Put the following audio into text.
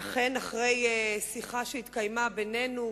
ואכן אחרי שיחה שהתקיימה בינינו,